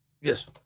Yes